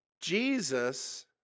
Jesus